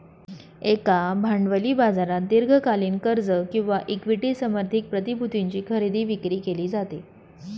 एका भांडवली बाजारात दीर्घकालीन कर्ज किंवा इक्विटी समर्थित प्रतिभूतींची खरेदी विक्री केली जाते